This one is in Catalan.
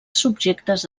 subjectes